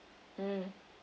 mm